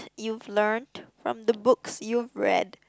you've learned from the books you've read